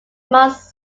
months